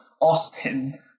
Austin